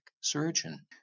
surgeon